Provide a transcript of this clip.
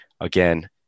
Again